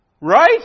Right